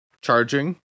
Charging